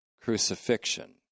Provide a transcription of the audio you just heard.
crucifixion